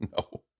No